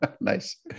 Nice